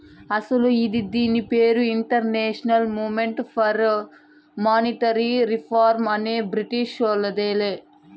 అస్సలు ఇది దీని పేరు international movement for monetary reform అనే బ్రిటీషోల్లదిలే